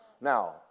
Now